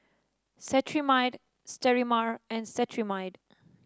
Cetrimide Sterimar and Cetrimide